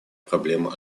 проблемы